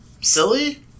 Silly